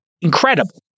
incredible